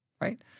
right